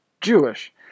Jewish